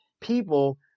people